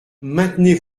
maintenez